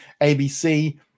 ABC